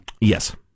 Yes